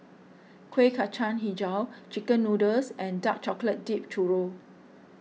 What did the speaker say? Kueh Kacang HiJau Chicken Noodles and Dark Chocolate Dipped Churro